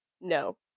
no